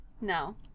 No